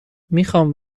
میخام